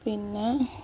പിന്നെ